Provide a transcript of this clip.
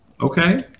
okay